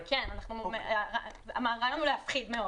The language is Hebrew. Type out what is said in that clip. כן, הרעיון הוא להפחיד מאוד.